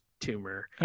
tumor